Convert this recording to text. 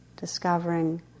discovering